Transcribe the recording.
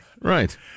Right